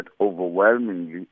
overwhelmingly